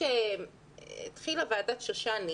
התחילה ועדת שושני,